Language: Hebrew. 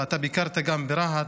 ואתה ביקרת גם ברהט,